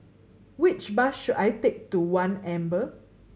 which bus should I take to One Amber